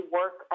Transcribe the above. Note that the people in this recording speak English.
work